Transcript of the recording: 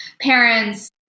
parents